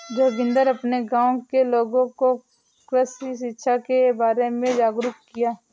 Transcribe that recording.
जोगिंदर अपने गांव के लोगों को कृषि शिक्षा के बारे में जागरुक किया